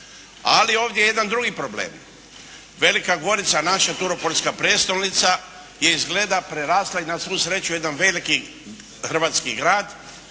Ali ovdje je jedan drugi problem. Velika Gorica, naša turopoljska prijestolnica, izgleda prerasla, na svu sreću, u jedan veliki hrvatski grad,